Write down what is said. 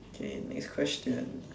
okay next question